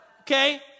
Okay